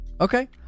okay